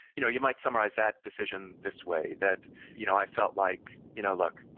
you know you might summarize that decision this way, that you know i felt like, you know look,